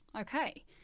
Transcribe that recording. Okay